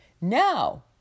Now